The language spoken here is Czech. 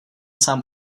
sám